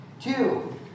Two